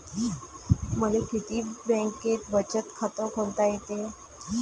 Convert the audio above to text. मले किती बँकेत बचत खात खोलता येते?